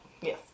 Yes